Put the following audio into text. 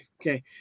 Okay